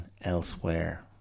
elsewhere